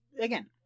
again